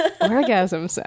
orgasm